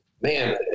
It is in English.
Man